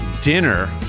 dinner